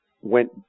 went